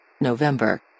November